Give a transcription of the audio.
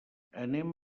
anem